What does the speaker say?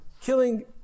killing